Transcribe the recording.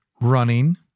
running